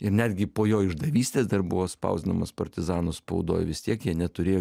ir netgi po jo išdavystės dar buvo spausdinamos partizanų spaudoj vis tiek jie neturėjo